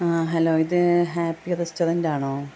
അ hello ഇത് happy റെസ്റ്റൊറൻറ്റാണോ